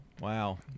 Wow